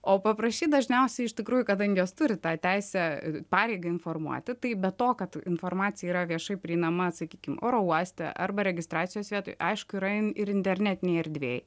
o paprašyt dažniausiai iš tikrųjų kadangi jos turi tą teisę pareigą informuoti tai be to kad informacija yra viešai prieinama sakykim oro uoste arba registracijos vietoj aišku yra ir internetinėj erdvėj